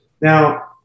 Now